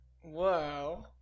Whoa